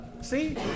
see